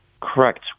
Correct